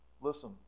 Listen